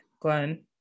Glenn